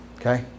Okay